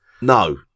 No